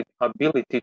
ability